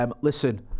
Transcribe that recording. Listen